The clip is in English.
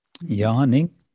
yawning